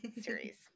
series